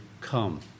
come